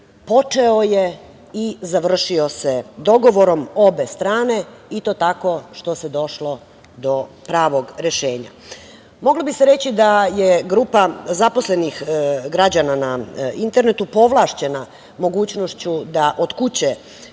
počeo je i završio se dogovorom obe strane, i to tako što se došlo do pravog rešenja. Moglo bi se reći da je grupa zaposlenih građana na internetu povlašćenja mogućnošću da od kuće